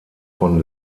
von